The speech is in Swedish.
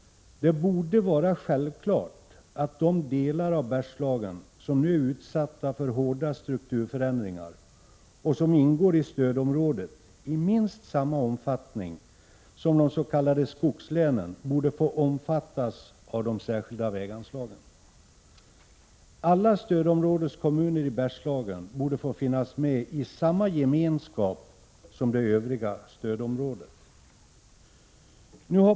Det borde vara självklart att de delar av Bergslagen som nu är utsatta för hårda strukturförändringar och som ingår i stödområdet i minst lika stor omfattning som de s.k. skogslänen borde få omfattas av de särskilda väganslagen. Alla stödområdeskommuner i Bergslagen borde få finnas med i samma gemenskap som det övriga stödområdet.